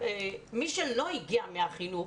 מי שלא הגיע מהחינוך,